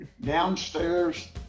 downstairs